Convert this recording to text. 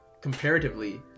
comparatively